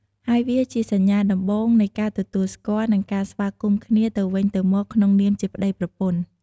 ហើយវាជាសញ្ញាដំបូងនៃការទទួលស្គាល់ និងការស្វាគមន៍គ្នាទៅវិញទៅមកក្នុងនាមជាប្តីប្រពន្ធ។